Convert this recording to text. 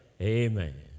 Amen